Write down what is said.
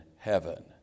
heaven